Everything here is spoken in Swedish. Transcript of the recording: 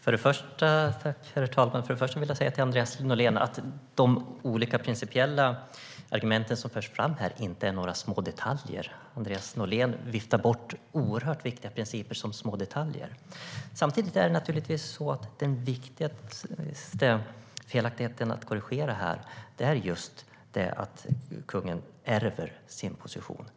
Herr talman! Först och främst vill jag säga till Andreas Norlén att de olika principiella argument som förs fram här inte är några små detaljer. Andreas Norlén viftar bort oerhört viktiga principer som små detaljer. Samtidigt är den viktigaste felaktigheten att korrigera här just att kungen ärver sin position.